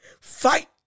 Fight